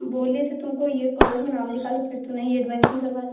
बोले थे तुमको यह कॉलेज में नाम लिखा लो फ़िर तू नहीं एडमैसन करवाई